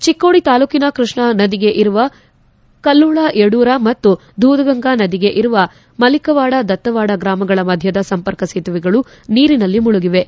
ಚಿಕ್ಕೋಡಿ ತಾಲೂಕನ ಕೃಷ್ಣಾ ನದಿಗೆ ಇರುವ ಕಲ್ಲೋಳ ಯಡೂರ ಮತ್ತು ದೂಧಗಂಗಾ ನದಿಗೆ ಇರುವ ಮಲಿಕವಾಡ ದತ್ತವಾಡ ಗ್ರಾಮಗಳ ಮಧ್ಯದ ಸಂಪರ್ಕ ಸೇತುವೆಗಳು ನೀರಿನಲ್ಲಿ ಮುಳುಗಿವೆ